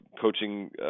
coaching